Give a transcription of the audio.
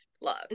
love